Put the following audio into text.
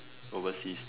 overseas that